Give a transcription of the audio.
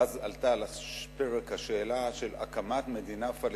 ואז עלתה על הפרק השאלה של הקמת מדינה פלסטינית,